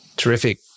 Terrific